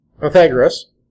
Pythagoras